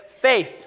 faith